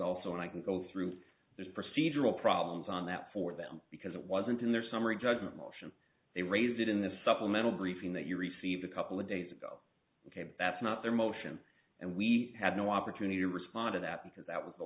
also and i can go through this procedural problems on that for them because it wasn't in their summary judgment motion they raised it in the supplemental briefing that you received a couple of days ago that's not their motion and we had no opportunity to respond to that because that was the